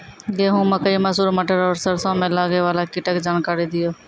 गेहूँ, मकई, मसूर, मटर आर सरसों मे लागै वाला कीटक जानकरी दियो?